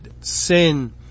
sin